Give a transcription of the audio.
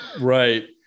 right